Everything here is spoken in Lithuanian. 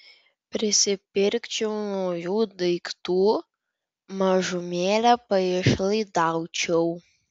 prisipirkčiau naujų daiktų mažumėlę paišlaidaučiau